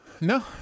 No